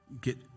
get